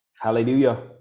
Hallelujah